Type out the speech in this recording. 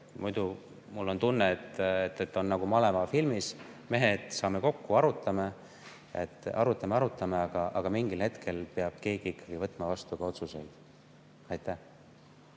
Muidu mul on tunne, et oleme nagu "Maleva" filmis: mehed, saame kokku, arutame! Arutame ja arutame, aga mingil hetkel peab keegi võtma vastu ka otsuseid. Kalle